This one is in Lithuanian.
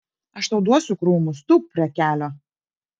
aš tau duosiu krūmus tūpk prie kelio